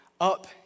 up